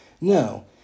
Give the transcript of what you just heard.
No